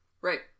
Right